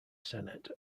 senate